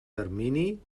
termini